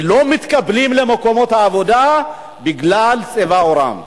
לא מתקבלים למקומות העבודה בגלל צבע עורם.